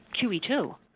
QE2